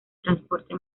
transporte